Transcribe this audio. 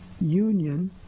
union